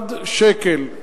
מיליארד שקל,